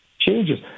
changes